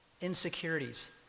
insecurities